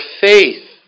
faith